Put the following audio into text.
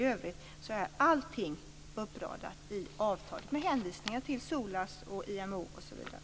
I övrigt är allting uppradat i avtalet med hänvisning till SOLAS och IMO, osv.